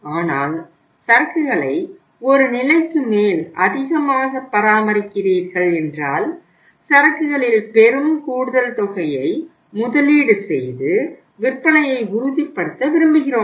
ஆனால் சரக்குகளை ஒரு நிலைக்கு மேல் அதிகமாக பராமரிக்கிறீர்கள் என்றால் சரக்குகளில் பெரும் கூடுதல் தொகையை முதலீடு செய்து விற்பனையை உறுதிப்படுத்த விரும்புகிறோம்